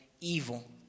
evil